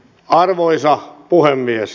arvoisa puhemies